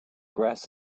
grass